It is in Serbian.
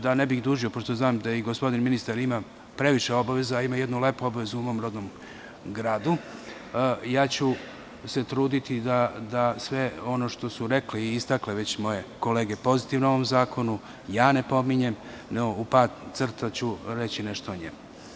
Da ne bih dužio, pošto znam da gospodin ministar ima previše obaveza, a ima i jednu lepu obavezu u mom rodnom gradu, ja ću se truditi da sve ono što su rekle i istakle već moje kolege pozitivno o ovom zakonu, ja ne ponavljam, nego ću u par crta reći nešto o njemu.